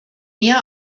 mehr